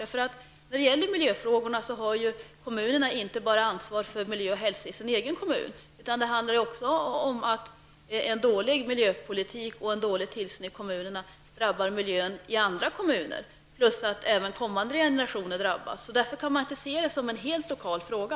Kommunerna har när det gäller miljöfrågorna ansvaret för miljö och hälsa i den egna kommunen, men en dålig miljöpolitik och en dålig tillsyn i kommunen drabbar dessutom miljön i andra kommuner samt även kommande generationer. Därför kan man inte se det som en helt lokal fråga.